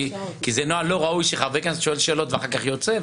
כי זה נוהל לא ראוי שחבר כנסת שואל שאלות ואחר כך יוצא,